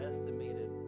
Estimated